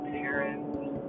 parents